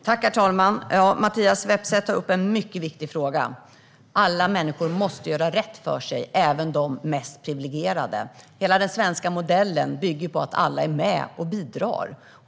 Herr talman! Mattias Vepsä tar upp en mycket viktig fråga: Alla människor måste göra rätt för sig, även de mest privilegierade. Hela den svenska modellen bygger på att alla är med och bidrar.